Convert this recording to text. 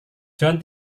john